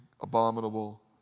abominable